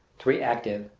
three active,